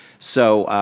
so,